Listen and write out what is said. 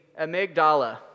amygdala